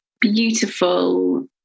beautiful